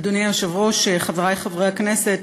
אדוני היושב-ראש, חברי חברי הכנסת,